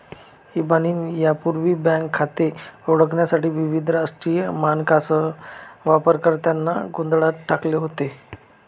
इबानीने यापूर्वी बँक खाते ओळखण्यासाठी विविध राष्ट्रीय मानकांसह वापरकर्त्यांना गोंधळात टाकले होते